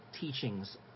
teachings